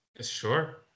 sure